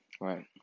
right